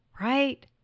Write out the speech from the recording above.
Right